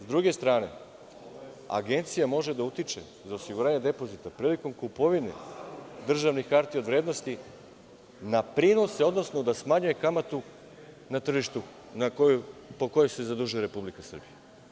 S druge strane, Agencija za osiguranje depozita može da utiče prilikom kupovine državnih hartija od vrednosti na prinose, odnosno da smanjuje kamatu na tržištu po kojoj se zadužuje Republika Srbija.